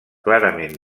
clarament